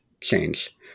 change